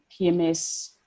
PMS